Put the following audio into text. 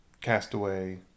Castaway